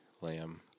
lamb